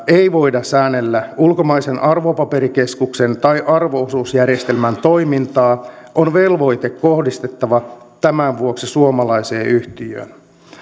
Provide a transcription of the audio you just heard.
ei voida säännellä ulkomaisen arvopaperikeskuksen tai arvo osuusjärjestelmän toimintaa on velvoite kohdistettava tämän vuoksi suomalaiseen yhtiöön